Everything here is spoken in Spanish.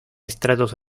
estratos